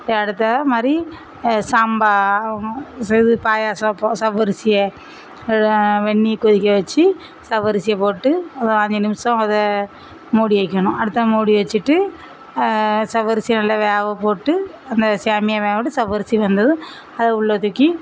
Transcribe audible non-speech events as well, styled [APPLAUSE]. இப்போ அடுத்த மாதிரி சாம்பா இது பாயசம் [UNINTELLIGIBLE] ஜவ்வரிசியை வெந்நீர் கொதிக்க வச்சு ஜவ்வரிசியை போட்டு அஞ்சு நிமிடம் அதை மூடி வைக்கணும் அடுத்த மூடி வச்சுட்டு ஜவ்வரிசியை நல்லா வேகப்போட்டு அந்த சேமியா வேகவுட்டு ஜவ்வரிசி வெந்ததும் அதை உள்ளே தூக்கி